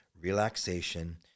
relaxation